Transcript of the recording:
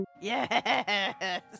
Yes